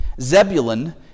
Zebulun